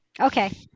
Okay